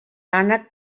ànec